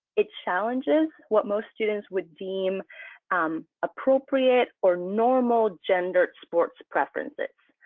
it challenges what most students would deem appropriate or normal gendered sports preferences.